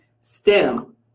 STEM